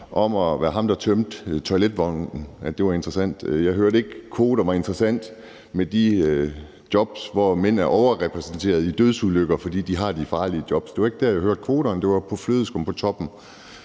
med ham, der tømmer toiletvognen. Jeg hørte ikke, at kvoter var interessante i de jobs, hvor mænd er overrepræsenteret i dødsulykker, fordi de jobs er farlige. Det var ikke der, jeg hørte om kvoter, det var i forbindelse med